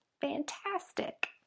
fantastic